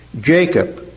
Jacob